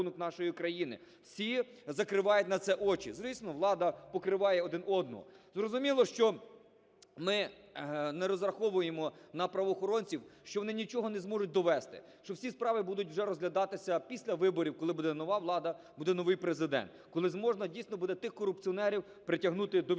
покриває один-одного. Зрозуміло, що ми не розраховуємо на правоохоронців, що вони нічого не зможуть довести, що всі справи будуть вже розглядатися після виборів, коли буде нова влада, уде новий Президент, коли можна, дійсно, буде тих корупціонерів притягнути до відповідальності.